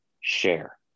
share